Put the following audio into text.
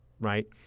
right